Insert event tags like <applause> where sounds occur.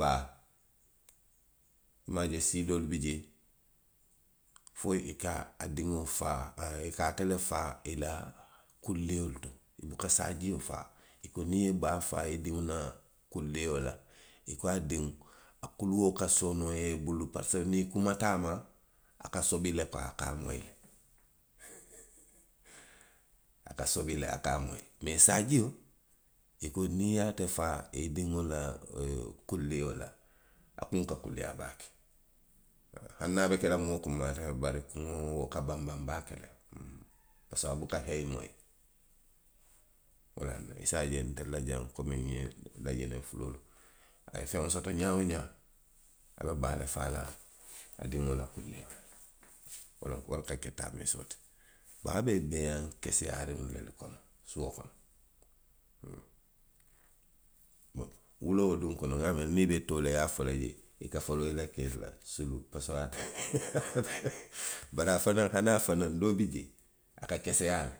Baa, i maŋ a je sii doolu bi jee. fo i ka diŋ faa, i ka ate le faa i la kulliolu to, i buka saajio faa i ko niŋ i ye baa faa i diŋo la kullio la, i ko a diŋ, a kuluo ka sooneyaa i bulu le parisiko niŋ kumata a ma, a ka sobi le kuwa, a ka a moyi. <noise> a ka sobi le, a ka moyi. mee saajio. i ko niŋ i ye a te faa i diŋo la e, kullio la, a kuŋo ka kuliyaa baake, hani a ye a tara a be ke la moo kunmaayaariŋ baa ti, bari a kuŋo, wo ka banbaŋ baake le, parisiko a buka hee moyi. Wo laŋ na i se a je saayiŋ ntelu la kominotee, nna ňiŋ fuloolu, a ye feŋo soto ňaa woo ňaa, a be baa le faa la a diŋo la kullio la. Wo le ka ke taamiisoo ti. Baa be beeyaŋ keseyaariŋolu le kono, suo kono, huŋ; wuloo duŋ kono niŋ i be tooleeyaa fo la jee, i ka foloo i la kee le la, suluu parisiko <laughs> bari a fanaŋ ka naafa le, doo bi jee a ka keseyaa le.